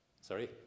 Sorry